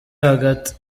hagati